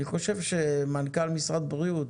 אני חושב שמנכ"ל משרד בריאות,